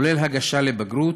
כולל הגשה לבגרות,